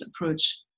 approach